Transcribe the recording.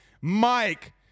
Mike